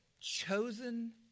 chosen